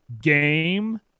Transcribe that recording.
game